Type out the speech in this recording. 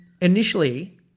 initially